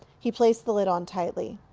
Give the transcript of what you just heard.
he placed the lid on tightly.